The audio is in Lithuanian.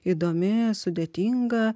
įdomi sudėtinga